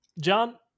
John